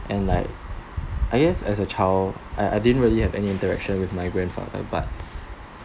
and like I guess as a child I I didn't really have any interaction with my grandfather but